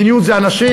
מדיניות זה אנשים.